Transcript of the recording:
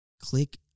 click